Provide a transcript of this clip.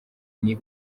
niwe